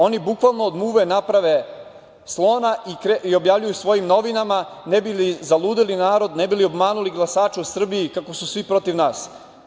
Oni bukvalno od muve naprave slona i objavljuju u svojim novinama ne bi li zaludeli narod, ne bi li omanuli glasače u Srbiji kako su svi protiv nas.